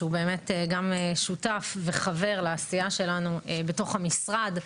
שהוא באמת גם שותף וחבר לעשייה שלנו בתוך המשרד,